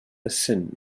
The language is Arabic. السن